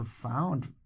profound